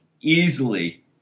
easily